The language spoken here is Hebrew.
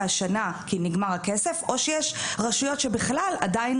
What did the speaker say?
השנה כי נגמר הכסף או שיש רשויות בכלל עדיין,